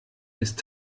ist